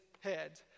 head